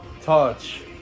Touch